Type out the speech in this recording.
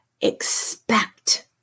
expect